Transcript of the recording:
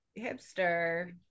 hipster